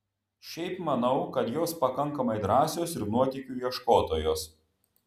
šiaip manau kad jos pakankamai drąsios ir nuotykių ieškotojos